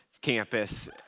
campus